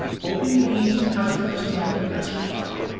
hoping to gain some customers among the passers-by.